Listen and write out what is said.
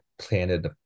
planted